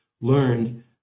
learned